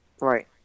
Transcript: right